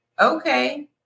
Okay